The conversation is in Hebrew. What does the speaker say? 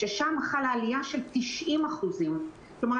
ששם חלה עלייה של 90%. כלומר,